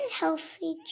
healthy